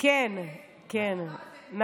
כשאני עשיתי, אף אחת מכן לא טרחה להגיע.